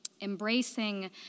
Embracing